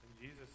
Jesus